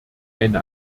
eine